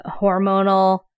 hormonal